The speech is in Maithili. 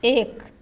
एक